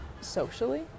socially